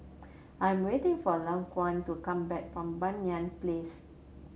I am waiting for Laquan to come back from Banyan Place